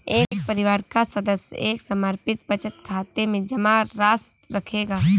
एक परिवार का सदस्य एक समर्पित बचत खाते में जमा राशि रखेगा